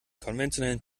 konventionellen